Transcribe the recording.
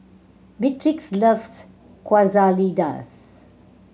Beatrix loves Quesadillas